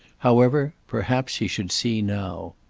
however, perhaps he should see now.